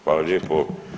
Hvala lijepo.